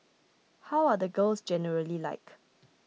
how are the girls generally like